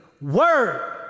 word